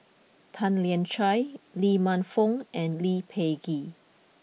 Tan Lian Chye Lee Man Fong and Lee Peh Gee